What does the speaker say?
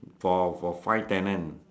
for for five tenant